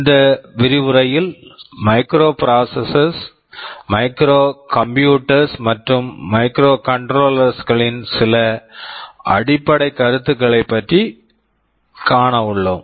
இந்த விரிவுரையில் microprocessors microprocessors microcomputers micrcomputers மற்றும் மைக்ரோகண்ட்ரோலர்ஸ் microcontrollers களின் சில அடிப்படைக் கருத்துகளைப் பற்றி காண உள்ளோம்